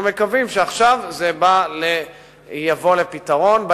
אנחנו מקווים שעכשיו זה יבוא על פתרונו.